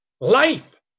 Life